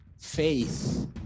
Faith